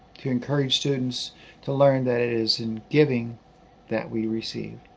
to encourage students to learn that it is in giving that we receive.